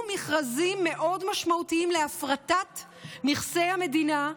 מכרזים מאוד משמעותיים להפרטת נכסי המדינה,